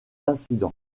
incident